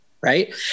Right